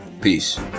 Peace